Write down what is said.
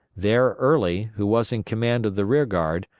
there early, who was in command of the rear guard,